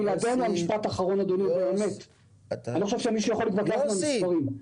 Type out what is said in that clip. ומשפט אחרון: אני חושב שאין מי שיכול להתווכח עם המספרים.